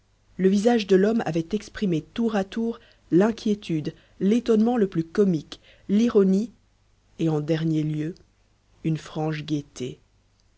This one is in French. le visage de l'homme avait exprimé tour à tour l'inquiétude l'étonnement le plus comique l'ironie et en dernier lieu une franche gaîté